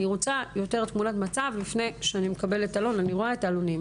אני מבקשת תמונת מצב לפני שאני מקבלת עלונים,